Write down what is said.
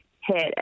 hit